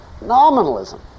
nominalism